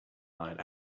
night